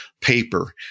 paper